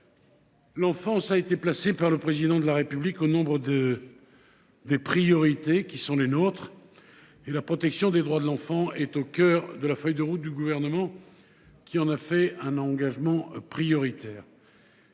l’enfance a été placée par le Président de la République au nombre de nos priorités et la protection des droits de l’enfant est au cœur de la feuille de route du Gouvernement, qui en a fait un engagement prioritaire.